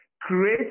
create